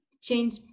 change